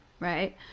Right